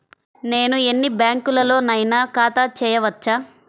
నేను ఎన్ని బ్యాంకులలోనైనా ఖాతా చేయవచ్చా?